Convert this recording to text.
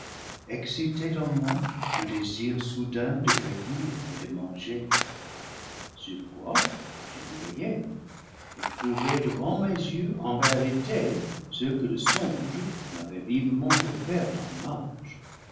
excitait en moi un désir soudain de cueillir et de manger sur quoi je m'éveillai et trouvai devant mes yeux en réalité ce que le songe m'avait vivement offert en image